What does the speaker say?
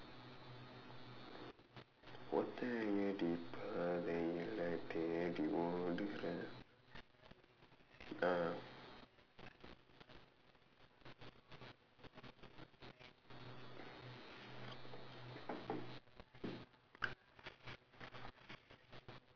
ஒத்தையடி பாதையிலே தேடி ஓடுறேன்:oththaiyadi paathaiyilee theedi oodureen ah